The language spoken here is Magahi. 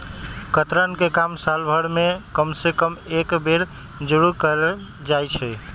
कतरन के काम साल भर में कम से कम एक बेर जरूर कयल जाई छै